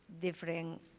different